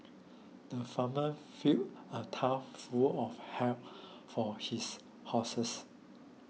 the farmer filled a tough full of hay for his horses